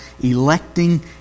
electing